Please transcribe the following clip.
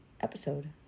episode